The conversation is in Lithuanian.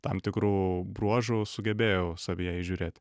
tam tikrų bruožų sugebėjau savyje įžiūrėti